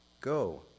Go